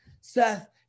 Seth